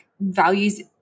values